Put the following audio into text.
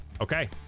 Okay